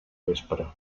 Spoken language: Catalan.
vespre